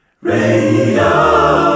radio